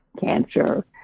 cancer